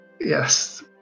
Yes